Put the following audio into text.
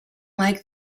like